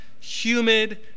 humid